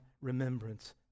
remembrance